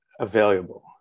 Available